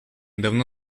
давно